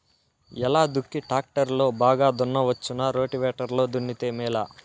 ఎలా దుక్కి టాక్టర్ లో బాగా దున్నవచ్చునా రోటివేటర్ లో దున్నితే మేలా?